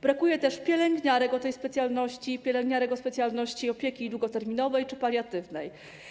Brakuje też pielęgniarek o tej specjalności i pielęgniarek o specjalności opieki długoterminowej czy paliatywnej.